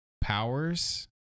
powers